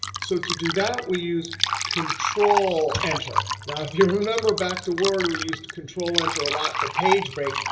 so to do that, we use control enter. now, if you remember back to word, we used control enter a lot for page break.